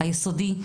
היסודי,